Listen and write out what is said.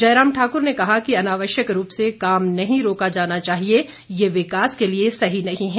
जयराम ठाकुर ने कहा कि अनावश्यक रूप से काम नहीं रोका जाना चाहिए यह विकास के लिए सही नहीं है